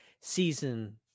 Season